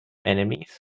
enemies